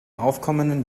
aufkommenden